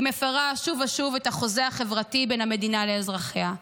היא מפירה שוב ושוב את החוזה החברתי בין המדינה לאזרחיה.